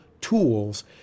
tools